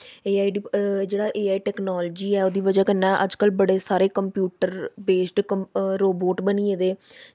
जेह्ड़ा A I technology ऐ ओह्दी बजह कन्नै अजकल्ल बड़े सारे कंप्यूटर बेस रबोट बनी गेदे